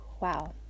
wow